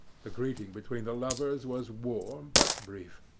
the greeting between the lovers was warm, but brief,